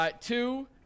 two